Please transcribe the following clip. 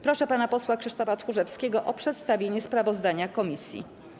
Proszę pana posła Krzysztofa Tchórzewskiego o przedstawienie sprawozdania komisji.